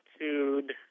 attitude